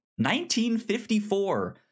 1954